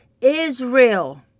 Israel